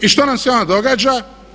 I što nam se onda događa?